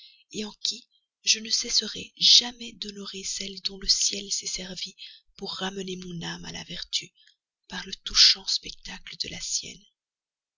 respecter en qui je ne cesserai jamais d'honorer celle dont le ciel s'est servi pour ramener mon âme à la vertu par le touchant spectacle de la sienne